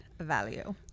value